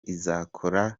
izakora